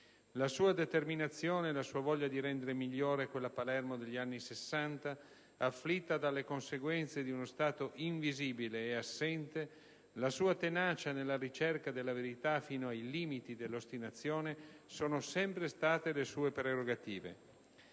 La sua determinazione e la sua voglia di rendere migliore quella Palermo degli anni '60, afflitta dalle conseguenze di uno Stato invisibile ed assente, la sua tenacia nella ricerca della verità, fino ai limiti dell'ostinazione, sono sempre state le sue prerogative.